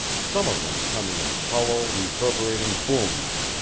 some of them coming in hollow, reverberating booms,